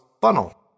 funnel